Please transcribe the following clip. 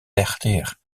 dertig